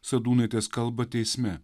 sadūnaitės kalbą teisme